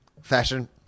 Fashion